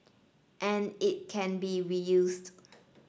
and it can be reused